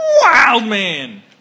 Wildman